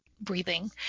breathing